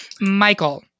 Michael